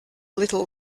little